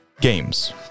Games